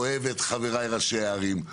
אוהב את חבריי ראשי הערים,